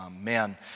man